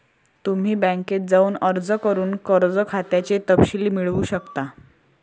तुम्ही बँकेत जाऊन अर्ज करून कर्ज खात्याचे तपशील मिळवू शकता